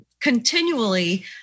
continually